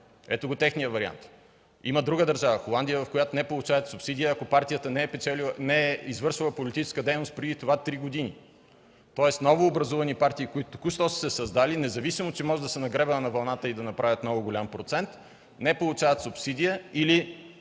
Ето го техния вариант. Има друга държава – Холандия, където не получават субсидия, ако партията не е извършвала политическа дейност три години преди това. Тоест новообразувани партии, които току-що са се създали, независимо, че може да са на гребена на вълната и да направят много голям процент, не получават субсидия или